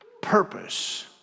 purpose